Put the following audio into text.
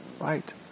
Right